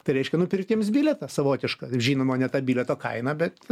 tai reiškia nupirkt jiems bilietą savotišką žinoma ne tą bilietą kaina bet